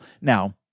Now